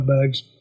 bags